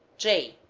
j.